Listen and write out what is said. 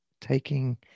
taking